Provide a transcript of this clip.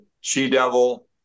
She-Devil